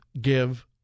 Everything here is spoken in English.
give